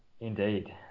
indeed